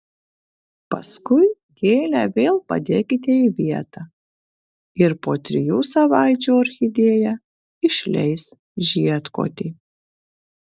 paskui gėlę vėl padėkite į vietą ir po trijų savaičių orchidėja išleis žiedkotį